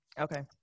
Okay